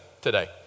today